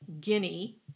guinea